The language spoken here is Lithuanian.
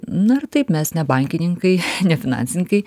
nu ir taip mes ne bankininkai ne finansininkai